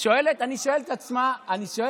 באתי בשבילך.